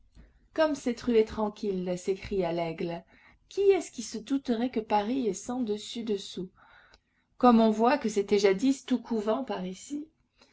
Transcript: comme cette rue est tranquille s'écria laigle qui est-ce qui se douterait que paris est sens dessus dessous comme on voit que c'était jadis tout couvents par ici